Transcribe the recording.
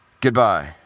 goodbye